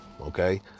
Okay